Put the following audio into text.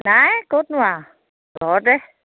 নাই ক'তনো আৰু ঘৰতে